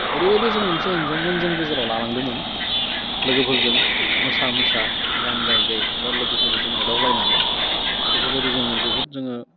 ओरैबायदि जों मोनसे एन्जयमेन्ट जों गेजेराव लानांदोंमोन लोगोफोरजों मोसा मोसा गान गायै गायै बा लोगोफोरजों एदावलायनानै बेफोरबायदि जोङो बहुत जोङो